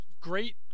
great